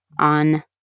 On